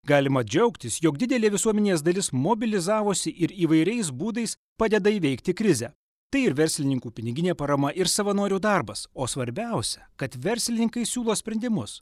galima džiaugtis jog didelė visuomenės dalis mobilizavosi ir įvairiais būdais padeda įveikti krizę tai ir verslininkų piniginė parama ir savanorių darbas o svarbiausia kad verslininkai siūlo sprendimus